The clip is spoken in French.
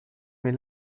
mais